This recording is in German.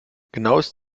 genaues